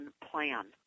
plan